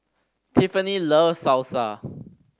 Tiffani loves Salsa